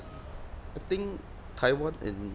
I think taiwan and